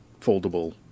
foldable